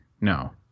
No